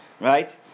right